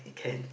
can